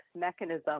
mechanism